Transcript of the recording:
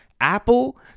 apple